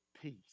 peace